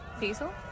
diesel